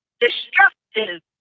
destructive